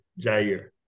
Jair